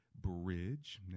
bridge